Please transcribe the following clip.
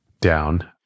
down